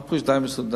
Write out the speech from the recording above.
מה פירוש די מסודר?